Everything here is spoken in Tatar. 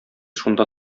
шунда